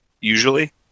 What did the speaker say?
usually